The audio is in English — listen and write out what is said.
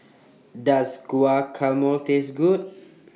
Does Guacamole Taste Good